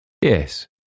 Yes